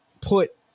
put